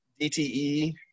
DTE